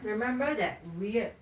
remember that weird